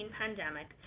pandemic